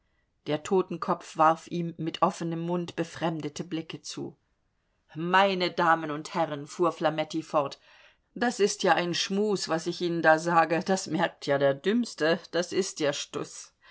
der totenkopf warf ihm mit offenem mund befremdete blicke zu meine damen und herrn fuhr flametti fort das ist ja ein schmus was ich ihnen da sage das merkt ja der dümmste das ist ja